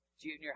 junior